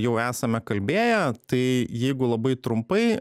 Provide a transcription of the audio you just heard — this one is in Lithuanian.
jau esame kalbėję tai jeigu labai trumpai